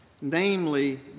namely